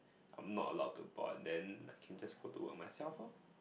I'm not allowed to board then I can just go to work myself loh